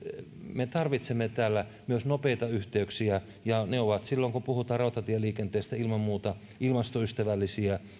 me tarvitsemme täällä myös nopeita yhteyksiä ja ne ovat silloin kun puhutaan rautatieliikenteestä ilman muuta ilmastoystävällisiä